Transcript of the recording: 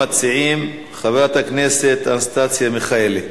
ראשונת המציעים, חברת הכנסת אנסטסיה מיכאלי.